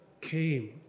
came